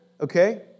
okay